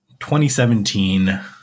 2017